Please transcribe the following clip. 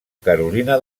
carolina